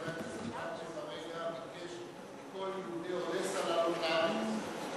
ביקש מכל יהודי אודסה לעלות לארץ,